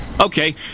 Okay